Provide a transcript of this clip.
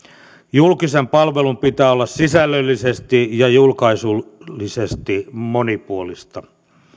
julkisen palvelun pitää olla sisällöllisesti ja julkaisullisesti monipuolista